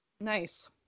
nice